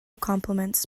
compliments